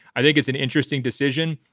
i think it's an interesting decision.